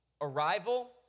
arrival